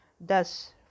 thus